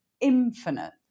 infinite